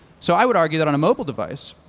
so i would argue that on a mobile device,